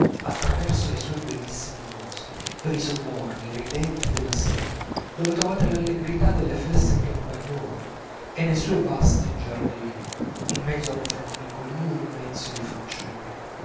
traverso ai suoi bellissimi boschi per i sobborghi ridenti della senna dove trovate l'allegria delle feste campagnole e nei suoi vasti giardini in mezzo a un formicolìo immenso di fanciulli